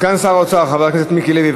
סגן שר האוצר חבר הכנסת מיקי לוי,